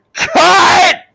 cut